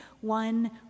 one